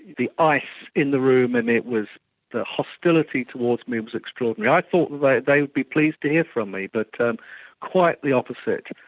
the ice in the room, and it was the hostility towards me was extraordinary. i thought like they would be pleased to hear from me, but quite the opposite.